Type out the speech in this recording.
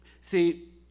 See